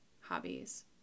hobbies